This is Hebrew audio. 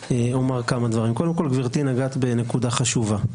קודם כול, נגעת בנקודה חשובה,